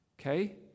Okay